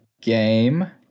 game